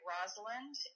Rosalind